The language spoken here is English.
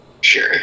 Sure